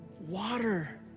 water